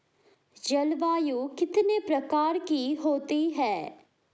जलवायु कितने प्रकार की होती हैं?